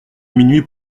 minuit